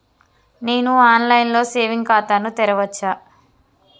నేను online లో saving ఖాతా ను తెరవచ్చా?